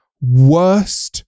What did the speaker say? worst